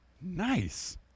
Nice